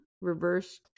reverse